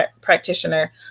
practitioner